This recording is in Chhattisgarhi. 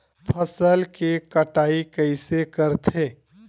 फसल के कटाई कइसे करथे?